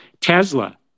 tesla